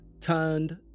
turned